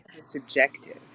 subjective